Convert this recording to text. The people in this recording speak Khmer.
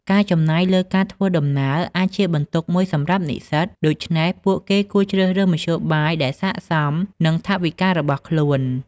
ការចំណាយលើការធ្វើដំណើរអាចជាបន្ទុកមួយសម្រាប់និស្សិត ដូច្នេះពួកគេគួរជ្រើសរើសមធ្យោបាយដែលស័ក្តិសមនឹងថវិការបស់ខ្លួន។